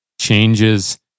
changes